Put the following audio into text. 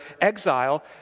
exile